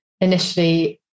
initially